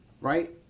right